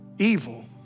Evil